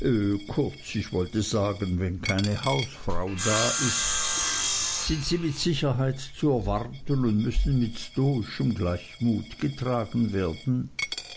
kurz ich wollte sagen wenn keine hausfrau da ist sind sie mit sicherheit zu erwarten und müssen mit stoischem gleichmut getragen werden